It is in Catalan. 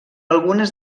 algunes